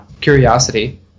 Curiosity